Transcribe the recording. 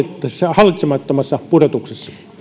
hallitsemattomassa pudotuksessa